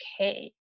okay